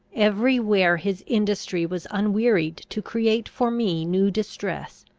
every where his industry was unwearied to create for me new distress.